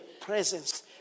presence